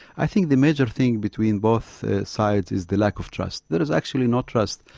i think the major thing between both sides is the lack of trust. there is actually no trust.